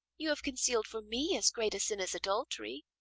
you have conceal'd for me as great a sin as adultery.